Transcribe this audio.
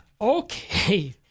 Okay